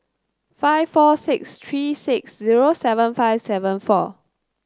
five four six three six zero seven five seven four